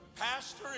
Pastor